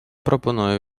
пропоную